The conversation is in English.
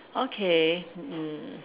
okay mm